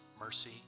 mercy